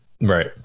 Right